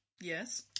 Yes